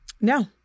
no